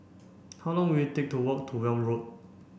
how long will it take to walk to Welm Road